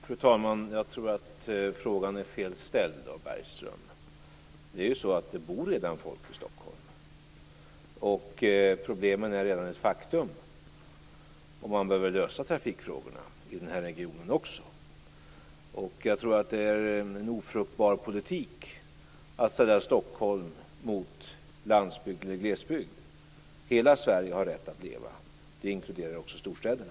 Fru talman! Jag tror att frågan är fel ställd av Bergström. Det bor ju redan folk i Stockholm, problemen är redan ett faktum och man behöver lösa trafikfrågorna i den här regionen också. Jag tror att det är en ofruktbar politik att ställa Stockholm mot landsbygd eller glesbygd. Hela Sverige har rätt att leva. Det inkluderar också storstäderna.